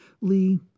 Lee